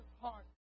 heart